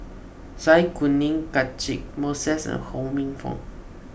Zai Kuning Catchick Moses and Ho Minfong